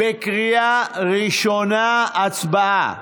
בקריאה ראשונה, הצבעה.